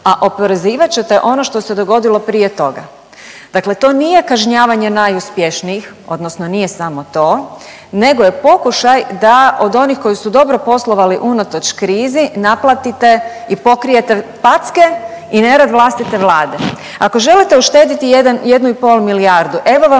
a oporezivat ćete ono što se dogodilo prije toga. Dakle, to nije kažnjavanje najuspješnijih, odnosno nije samo to, nego je pokušaj da od onih koji su dobro poslovali unatoč krizi naplatite i pokrijete packe i nered vlastite Vlade. Ako želite uštediti jednu i pol milijardu evo vam